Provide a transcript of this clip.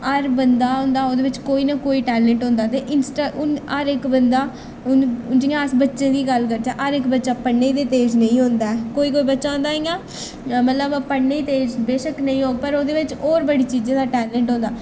हर बंदा होंदा ओह्दे बिच्च कोई ना कोई टैलंट होंदा ते इंस्टा हून हर इक बंदा हून जि'यां अस बच्चे दी गल्ल करचै हर इक बच्चा पढ़ने च ते तेज नेईं होंदा ऐ कोई कोई बच्चा होंदा इ'यां मतलब पढ़ने च तेज बेशक्क नेईं होग पर ओह्दे बिच्च होर बड़ी चीजें दा टैलंट होंदा